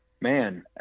man